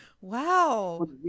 wow